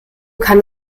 kann